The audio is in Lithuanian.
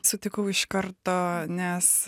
sutikau iš karto nes